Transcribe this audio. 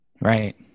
Right